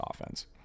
offense